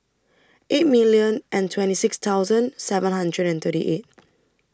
eight million and twenty six thousand seven hundred and thirty eight